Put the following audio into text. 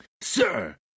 Sir